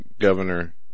Governor